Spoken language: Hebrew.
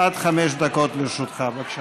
עד חמש דקות לרשותך, בבקשה.